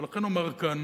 ולכן אומר כאן